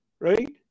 right